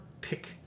pick